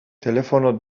telefono